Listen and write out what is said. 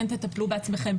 כן תטפלו בעצמכם.